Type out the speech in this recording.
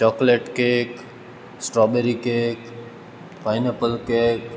chocolate cake strawberry cake pineapple cake